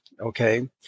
okay